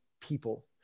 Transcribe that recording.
people